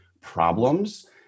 problems